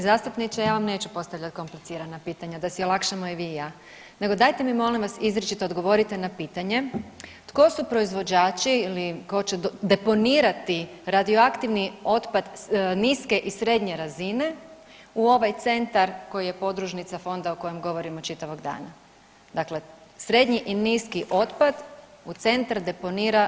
Uvaženi zastupniče, ja vam neću postavljat komplicirana pitanja da si olakšamo i vi i ja, nego dajte mi molim vas izričito odgovorite na pitanje tko su proizvođači ili tko će deponirati radioaktivni otpad niske i srednje razine u ovaj centar koji je podružnica fonda o kojem govorimo čitavog dana, dakle srednji i niski otpad u centar deponira tko?